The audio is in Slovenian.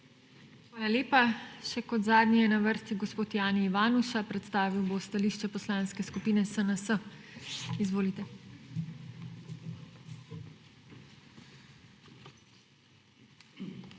Hvala lepa. Še kot zadnji je na vrsti gospod Jani Ivanuša. Predstavil bo stališče Poslanske skupine SNS. Izvolite.